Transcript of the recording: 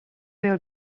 will